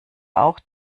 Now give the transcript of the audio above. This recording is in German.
auch